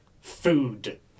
food